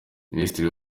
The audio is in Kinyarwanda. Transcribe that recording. minisiteri